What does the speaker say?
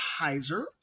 heiser